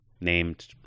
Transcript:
named